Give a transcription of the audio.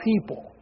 people